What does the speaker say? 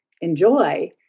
enjoy